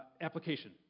application